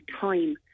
time